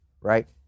right